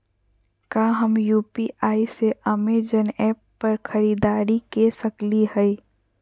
का हम यू.पी.आई से अमेजन ऐप पर खरीदारी के सकली हई?